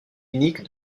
unique